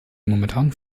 momentan